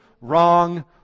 wrong